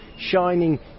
shining